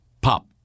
Pop